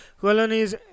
colonies